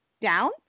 down